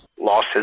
Losses